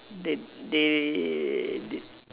that they did